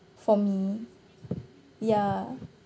for me ya